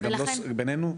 ביננו,